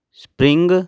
spring